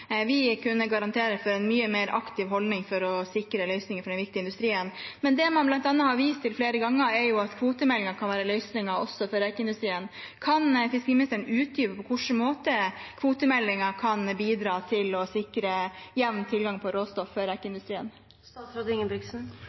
vi kunne garantere for en mye mer aktiv holdning for å sikre en løsning for denne viktige industrien. Det man bl.a. har vist til flere ganger, er at kvotemeldingen kan være løsningen også for rekeindustrien. Kan fiskeriministeren utdype på hvilken måte kvotemeldingen kan bidra til å sikre jevn tilgang på råstoff